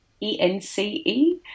E-N-C-E